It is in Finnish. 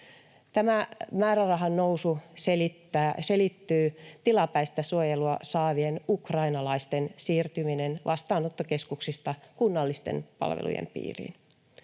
Tämä määrärahan nousu selittyy tilapäistä suojelua saavien ukrainalaisten siirtymisellä vastaanottokeskuksista kunnallisten palvelujen piiriin.